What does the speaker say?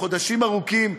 חודשים ארוכים,